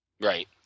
Right